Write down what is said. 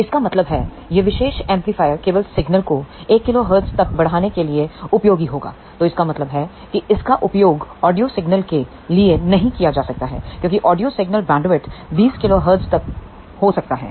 तो इसका मतलब है यह विशेष एम्पलीफायर केवल सिग्नल को 1 kHz तक बढ़ाने के लिए उपयोगी होगा तो इसका मतलब है कि इसका उपयोग ऑडियो सिग्नल के लिए नहीं किया जा सकता है क्योंकि ऑडियो सिग्नल बैंडविड्थ 20 kHz तक हो सकता है